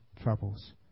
troubles